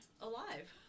alive